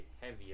heavier